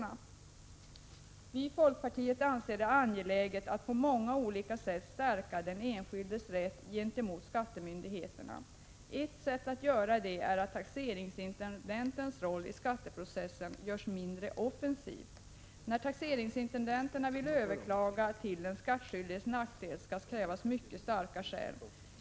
Vi i folkpartiet anser det angeläget att på många olika sätt stärka den enskildes rätt gentemot skattemyndigheterna. Ett sätt att göra det är att taxeringsintendentens roll i skatteprocessen görs mindre offensiv. När taxeringsintendenten vill överklaga till den skattskyldiges nackdel skall det krävas mycket starka skäl.